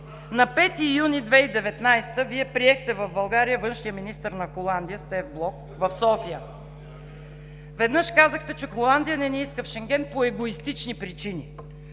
на 5 юни 2019 г. Вие приехте в България, в София, външния министър на Холандия Стеф Блок. Веднъж казахте, че Холандия не ни иска в Шенген по егоистични причини.